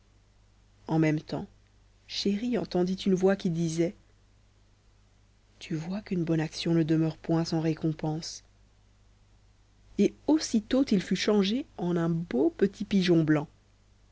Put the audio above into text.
en même temps chéri entendit une voix qui disait tu vois qu'une bonne action ne demeure point sans récompense et aussitôt il fut changé en un beau petit pigeon blanc